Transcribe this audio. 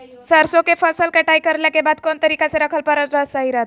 सरसों के फसल कटाई करला के बाद कौन तरीका से रखला पर सही रहतय?